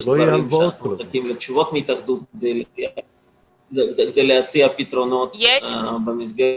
יש דברים שאנחנו מחכים לתשובות מההתאחדות כדי להציע פתרונות במסגרת